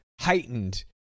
heightened